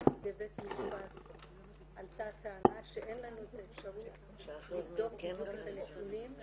גם בבית משפט עלתה טענה שאין לנו את האפשרות לבדוק --- נתונים.